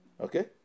Okay